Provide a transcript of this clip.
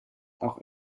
auch